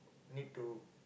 need to